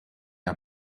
are